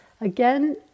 Again